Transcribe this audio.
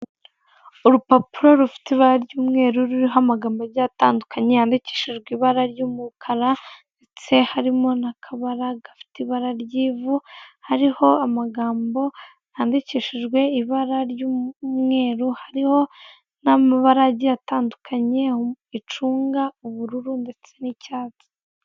Urupapuro rufite ibara ry'umweru ruriho amagambo agiye atandukanye, yandikishijwe ibara ry'umukara ndetse harimo n'akabara gafite ibara ry'ivu, hariho amagambo yandikishijwe ibara ry'umweru, hariho n'amabara agiye atandukanye icunga, ubururu ndetse n'icyatsi.